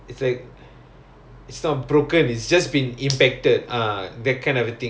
the the bone is not broken but it's like impacted right ya